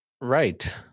Right